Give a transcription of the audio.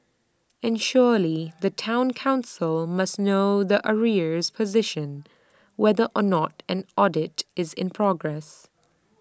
and surely the Town Council must know the arrears position whether or not an audit is in progress